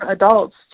adults